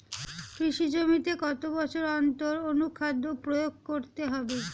কৃষি জমিতে কত বছর অন্তর অনুখাদ্য প্রয়োগ করতে হবে?